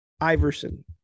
Iverson